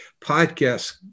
podcast